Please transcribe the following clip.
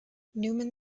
newman